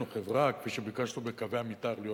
חברה כפי שביקשנו בקווי המיתאר להיות,